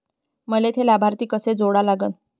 मले थे लाभार्थी कसे जोडा लागन?